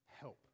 help